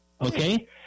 Okay